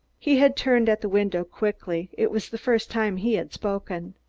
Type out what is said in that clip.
he had turned at the window quickly it was the first time he had spoken.